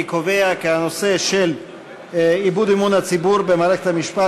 אני קובע כי הנושא של איבוד אמון הציבור במערכת המשפט